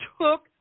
took